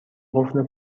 قفل